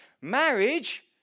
Marriage